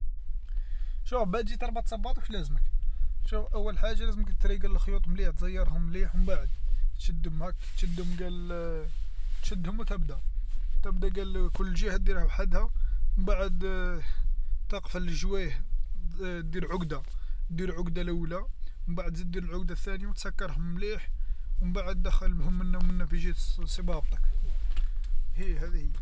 شوف با تجي تربط صباطك واش لازمك، شوف أول حاجه لازمك تريقل الخيوط مليح تزيرهم مليح ومن بعد، تشدهم هاك تشدهم قال تشدهم وتبدا، تبدا قال كل جهة ديرها وحدها، من بعد تقفل الجوايه، دير عقدة، دير عقده لوله، من بعد تزيد دير العقده الثانيه وتسكرهم مليح، ومن بعد دخلهم منا ومنا في جهة صبابطك، هيه هذه هي.